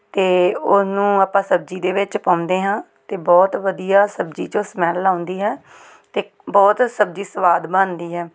ਅਤੇ ਉਹਨੂੰ ਆਪਾਂ ਸਬਜ਼ੀ ਦੇ ਵਿੱਚ ਪਾਉਂਦੇ ਹਾਂ ਅਤੇ ਬਹੁਤ ਵਧੀਆ ਸਬਜ਼ੀ 'ਚੋਂ ਸਮੈਲ ਆਉਂਦੀ ਹੈ ਅਤੇ ਬਹੁਤ ਸਬਜ਼ੀ ਸਵਾਦ ਬਣਦੀ ਹੈ